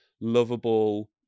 lovable